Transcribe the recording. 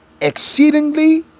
exceedingly